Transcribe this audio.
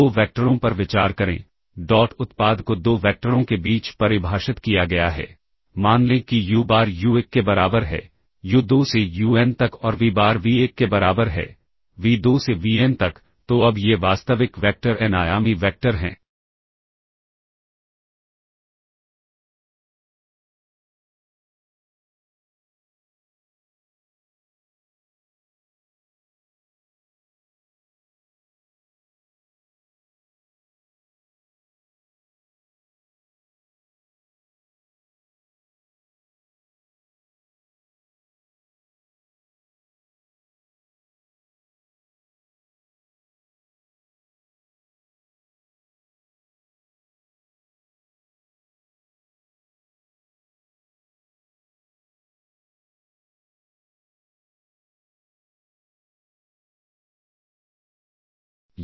दो वैक्टरों पर विचार करें डॉट उत्पाद को दो वैक्टरों के बीच परिभाषित किया गया है मान लें कि यू बार यू1 के बराबर है यू2 से यूएन तक और वी बार वी1 के बराबर है वी2 से वीएन तक तो अब ये वास्तविक वैक्टर एन आयामी वैक्टर हैं